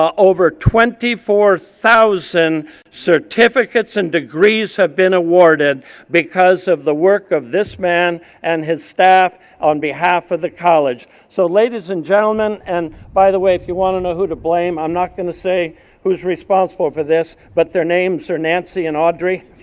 over twenty four thousand certificates and degrees have been awarded because of the work of this man and his staff on behalf of the college. so ladies and gentleman, and by the way, if you wanna know who to blame, i'm not gonna say who's responsible for this, but their names are nancy and audrey.